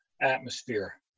atmosphere